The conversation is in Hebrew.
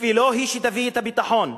ולא היא שתביא את הביטחון,